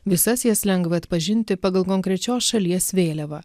visas jas lengva atpažinti pagal konkrečios šalies vėliavą